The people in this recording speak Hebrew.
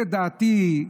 לדעתי,